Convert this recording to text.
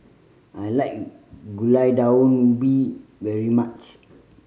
I like Gulai Daun Ubi very much